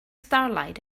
starlight